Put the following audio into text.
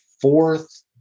fourth